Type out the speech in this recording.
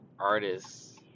artists